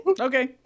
okay